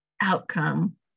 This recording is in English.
outcome